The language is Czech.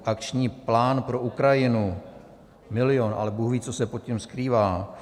Akční plán pro Ukrajinu milion, ale bůhví, co se pod tím skrývá.